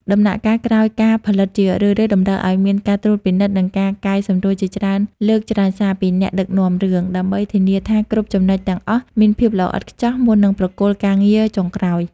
ដំណាក់កាលក្រោយការផលិតជារឿយៗតម្រូវឱ្យមានការត្រួតពិនិត្យ និងការកែសម្រួលជាច្រើនលើកច្រើនសាពីអ្នកដឹកនាំរឿង ដើម្បីធានាថាគ្រប់ចំណុចទាំងអស់មានភាពល្អឥតខ្ចោះមុននឹងប្រគល់ការងារចុងក្រោយ។